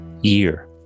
Year